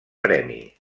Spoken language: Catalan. premi